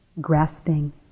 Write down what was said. grasping